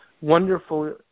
wonderful